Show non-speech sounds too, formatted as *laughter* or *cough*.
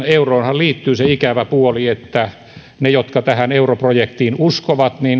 *unintelligible* euroonhan liittyy se ikävä puoli että he jotka tähän europrojektiin uskovat